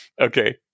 Okay